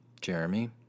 Jeremy